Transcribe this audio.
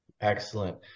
Excellent